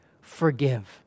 Forgive